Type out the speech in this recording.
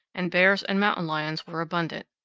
and bears and mountain lions were abundant.